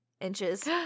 inches